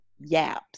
Yaps